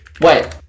Wait